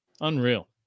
unreal